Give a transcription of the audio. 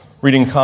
reading